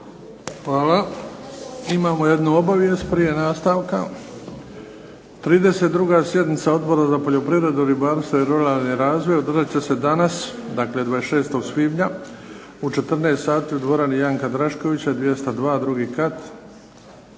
Hvala. Imamo jednu obavijest prije nastavka. 32. sjednica Odbora za poljoprivredu, ribarstvo i ruralni razvoj održat će se danas, dakle 26. svibnja u 14 sati u dvorani Janka Draškovića, 202, drugi kat.